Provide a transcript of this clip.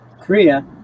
Korea